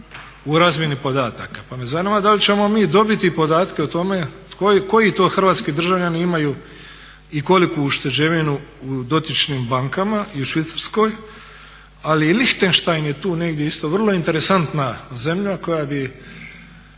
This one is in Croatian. u razmjeni podataka. Pa me zanima da li ćemo mi dobiti podatke o tome koji to hrvatski državljani imaju i koliku ušteđevinu u dotičnim bankama i u Švicarskoj. Ali Lihtenštajn je tu negdje isto vrlo interesantna zemlja koja bi